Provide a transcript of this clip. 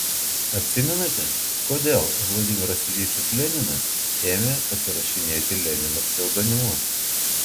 atsimenate kodėl vladimiras iljičius leninas ėmė pasirašinėti lenino pseudonimu